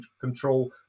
control